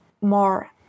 more